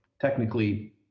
technically